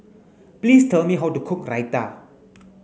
please tell me how to cook Raita